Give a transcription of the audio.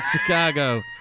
Chicago